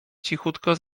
cichutko